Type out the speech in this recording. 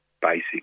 basic